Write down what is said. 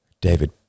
David